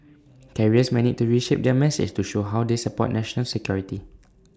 carriers may need to reshape their message to show how they support national security